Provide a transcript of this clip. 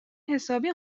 حسابی